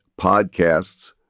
podcasts